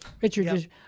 Richard